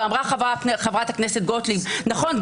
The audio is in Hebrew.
ואמרה חברת הכנסת גוטליב: נכון,